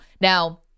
Now